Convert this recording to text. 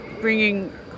bringing